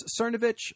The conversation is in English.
Cernovich